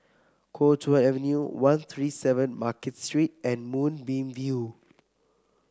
Kuo Chuan Avenue One Three Seven Market Street and Moonbeam View